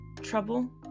trouble